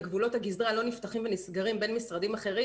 כשגבולות הגזרה לא נפתחים ונסגרים בין משרדים אחרים.